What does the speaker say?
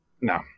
No